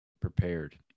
prepared